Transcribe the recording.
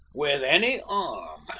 with any arm!